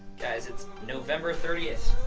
guys, it's november thirtieth.